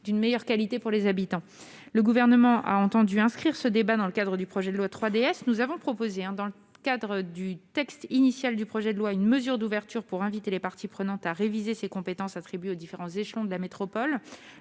de meilleure qualité pour les habitants. Le Gouvernement a entendu inscrire ce débat dans le cadre du projet de loi 3DS. Ainsi, nous avions proposé, dans le texte initial, une mesure d'ouverture pour inviter les parties prenantes à réviser les compétences attribuées aux différents échelons de cette métropole.